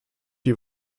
die